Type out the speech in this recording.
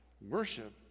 Worship